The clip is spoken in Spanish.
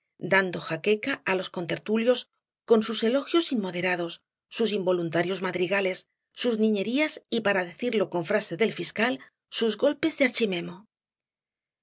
dando jaqueca á los contertulios con sus elogios inmoderados sus involuntarios madrigales sus niñerías y para decirlo en frase del fiscal sus golpes de